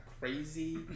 crazy